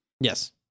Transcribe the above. Yes